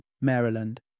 Maryland